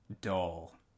dull